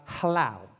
halal